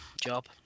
job